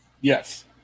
Yes